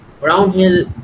Brownhill